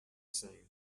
seen